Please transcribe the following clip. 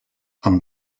amb